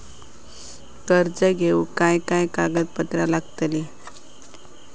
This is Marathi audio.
कर्ज घेऊक काय काय कागदपत्र लागतली?